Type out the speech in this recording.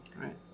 right